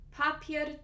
papier